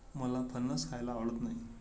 मला फणस खायला आवडत नाही